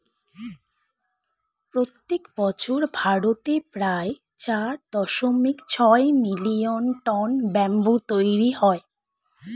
প্রত্যেক বছর ভারতে প্রায় চার দশমিক ছয় মিলিয়ন টন ব্যাম্বু তৈরী হয়